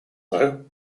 though